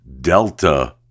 Delta